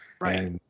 Right